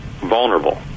vulnerable